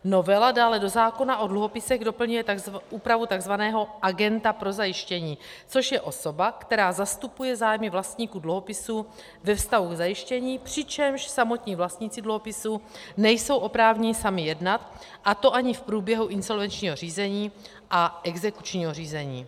Novela dále do zákona o dluhopisech doplňuje úpravu tzv. agenta pro zajištění, což je osoba, která zastupuje zájmy vlastníků dluhopisů ve vztahu k zajištění, přičemž samotní vlastníci dluhopisů nejsou oprávněni sami jednat, a to ani v průběhu insolvenčního řízení a exekučního řízení.